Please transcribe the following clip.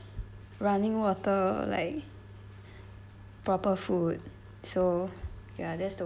running water like proper food so ya that's the